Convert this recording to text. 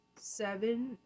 seven